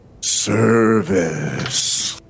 service